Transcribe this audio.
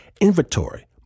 inventory